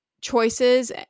choices